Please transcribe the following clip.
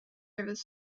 rivers